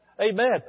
Amen